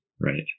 right